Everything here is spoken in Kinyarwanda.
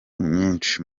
nyinshi